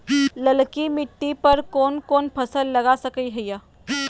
ललकी मिट्टी पर कोन कोन फसल लगा सकय हियय?